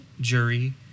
jury